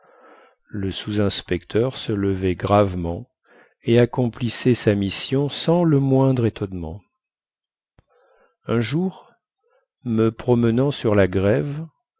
le sous inspecteur se levait gravement et accomplissait sa mission sans le moindre étonnement un jour me promenant sur la grève